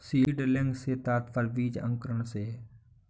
seedling से तात्पर्य बीज अंकुरण से है